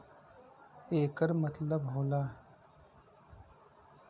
येकर का मतलब होला?